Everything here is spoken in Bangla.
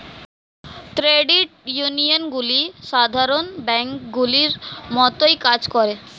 ক্রেডিট ইউনিয়নগুলি সাধারণ ব্যাঙ্কগুলির মতোই কাজ করে